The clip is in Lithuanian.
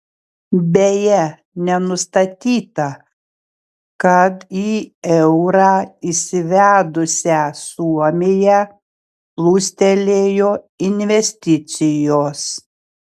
beje nenustatyta kad į eurą įsivedusią suomiją plūstelėjo investicijos